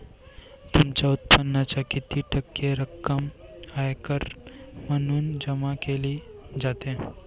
तुमच्या उत्पन्नाच्या किती टक्के रक्कम आयकर म्हणून जमा केली जाते?